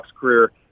career